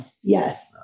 Yes